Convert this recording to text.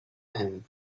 him